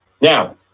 Now